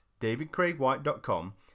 davidcraigwhite.com